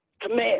command